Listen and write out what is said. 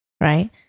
Right